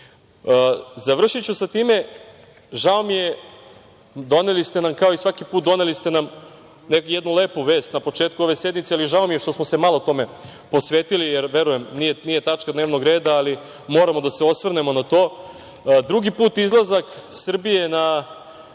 penzije. Završiću sa time, žao mi je, kao i svaki put doneli ste nam jednu lepu vest na početku ove sednice, ali žao mi je što smo se malo tome posvetili, jer verujem, nije tačka dnevnog reda ali moramo da se osvrnemo na to, drugi put izlazak Srbije na